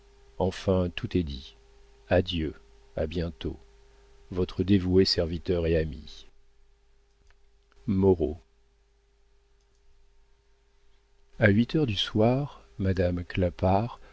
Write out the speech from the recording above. enfin tout est dit adieu à bientôt votre dévoué serviteur et ami moreau a huit heures du soir madame